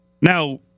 Now